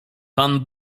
pan